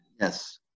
Yes